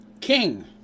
King